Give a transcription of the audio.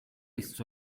spesso